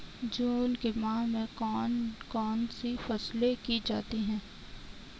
जून के माह में कौन कौन सी फसलें की जाती हैं?